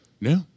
No